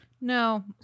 no